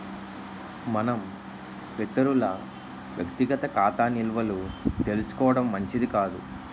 మనం ఇతరుల వ్యక్తిగత ఖాతా నిల్వలు తెలుసుకోవడం మంచిది కాదు